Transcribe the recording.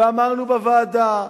ואמרנו בוועדה,